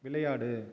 விளையாடு